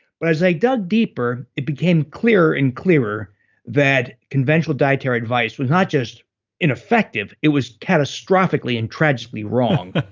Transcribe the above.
but as i dug deeper, it became clearer and clearer that conventional dietary advice was not just ineffective, it was catastrophically and tragically wrong.